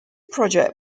project